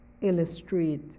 illustrate